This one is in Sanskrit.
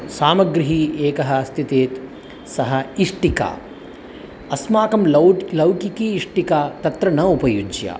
सामग्रिः एकः अस्तिचेत् सह इष्टिका अस्माकं लौट् लौकिकी इष्टिका तत्र न उपयुज्य